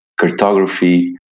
cartography